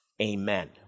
amen